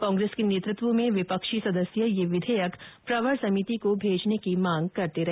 कांग्रेस के नेतृत्व में विपक्षी सदस्य यह विधेयक प्रवर समिति को भेजने की मांग करते रहे